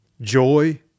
joy